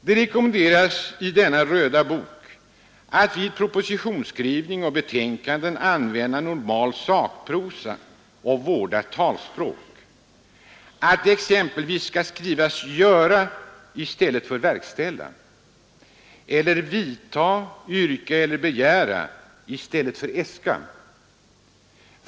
Det rekommenderas i denna ”Röda bok” att man i propositioner och betänkanden skall använda normal sakprosa och ett vårdat talspråk, att det exempelvis skall skrivas ”göra” i stället för ”verkställa” eller ”vidta”, att det skall skrivas ”yrka” eller ”begära” i stället för ”äska”.